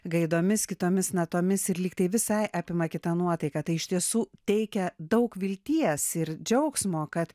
gaidomis kitomis natomis ir lygtai visai apima kita nuotaika tai iš tiesų teikia daug vilties ir džiaugsmo kad